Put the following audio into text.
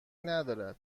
ندارد